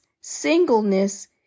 singleness